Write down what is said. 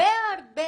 הרבה יותר